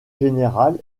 générale